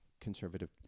conservative